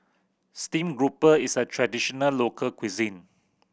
steamed grouper is a traditional local cuisine